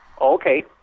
Okay